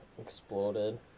exploded